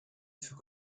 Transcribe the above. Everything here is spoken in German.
für